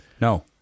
No